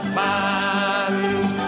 band